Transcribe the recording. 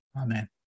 Amen